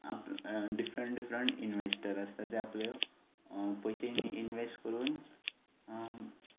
आप different different investor आसता ते आपले पयशे इनवेस्ट करून